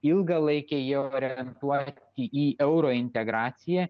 ilgalaikiai jie orientuoti į eurointegraciją